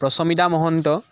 Prachhamida Mahanta